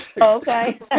Okay